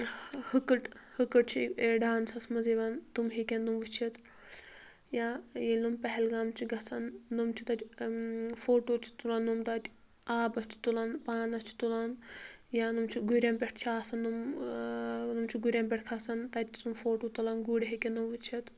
ہٕکٕٹھ ہٕکٕٹھ چھِ ڈانسَس منٛز یِوان تِم ہیِٚکن تِم وُچھتھ یا ییلہِ نۄم پہلگام چھِ گژھان نَۄم چھِ تتہِ فوٹوٗ چھِ تُلان نۄم تتہِ آبس چھِ تُلان پٲنس چھِ تُلان یا نَۄم چھِ گُرِٮ۪ن پیٹھ چھِ آسان نۄم نۄم چھِ گُرٮ۪ن پیٹھ کھسان تتہِ چھِ تِم فوُٹوٗ تُلان گرۍ ہیٚکن نۄم وُچھتھ